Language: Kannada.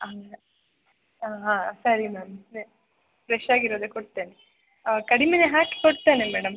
ಹಾಂ ಮೇಡ ಹಾಂ ಹಾಂ ಸರಿ ಮ್ಯಾಮ್ ಫ್ರೆಶ್ ಆಗಿರೋದೇ ಕೊಡ್ತೇನೆ ಕಡಿಮೆಯೇ ಹಾಕಿ ಕೊಡ್ತೇನೆ ಮೇಡಮ್